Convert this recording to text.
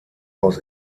aus